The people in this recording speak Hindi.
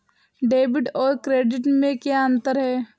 डेबिट और क्रेडिट में क्या अंतर है?